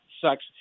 sucks